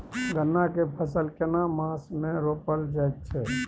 गन्ना के फसल केना मास मे रोपल जायत छै?